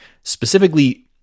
specifically